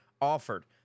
offered